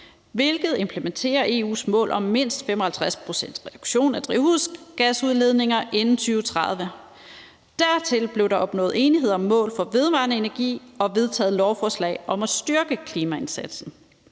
hvilket implementerer EU's mål om mindst 55 pct.s reduktion af drivhusgasudledninger inden 2030. Dertil blev der opnået enighed om mål for vedvarende energi og vedtaget lovforslag om at styrke klimaindsatsen,